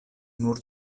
nur